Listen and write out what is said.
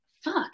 Fuck